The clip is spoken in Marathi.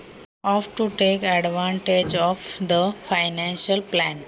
आर्थिक योजनांचा लाभ कसा घ्यावा?